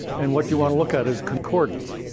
and what you wanna look at is concordance.